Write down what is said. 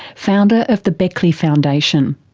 founder of the beckley foundation,